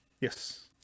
Yes